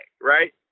Right